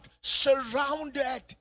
surrounded